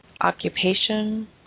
occupation